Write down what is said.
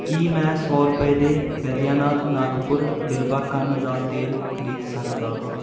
ਕੀ ਮੈਂ ਸੌ ਰੁਪਏ ਦੇ ਬੈਦਿਆਨਾਥ ਨਾਗਪੁਰ ਬਿਲਵਾ ਕੰਨ ਦਾ ਤੇਲ ਖਰੀਦ ਸਕਦਾ ਹਾਂ